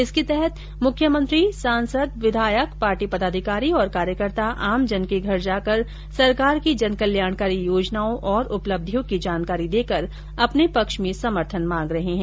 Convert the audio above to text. इसके तहत मुख्यमंत्री सांसद विधायक पार्टी पदाधिकारी और कार्यकर्ता आमजन के घर जाकर सरकार की जनकल्याणकारी योजनाओं और उपलब्धियों की जानकारी देकर अपने पक्ष में समर्थन मांग रहे है